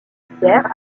judiciaire